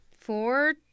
four